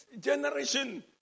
generation